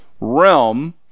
realm